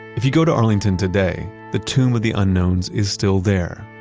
if you go to arlington today, the tomb of the unknowns is still there,